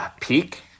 peak